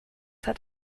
hat